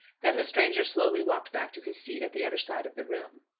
then the stranger slowly walked back to his seat at the other side of the room.